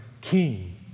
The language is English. king